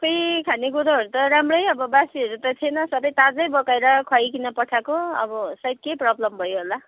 खोइ खानेकुरोहरू त राम्रै अब बासीहरू त थिएन सबै ताजै पकाएर खुवाइकिन पठाएको अब सायद के प्रोब्लम भयो होला